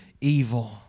evil